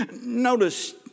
Notice